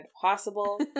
possible